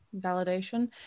validation